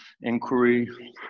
inquiry